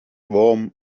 warm